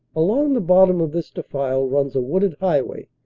along the bottom of this defile runs a wooded highway,